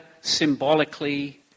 symbolically